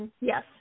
Yes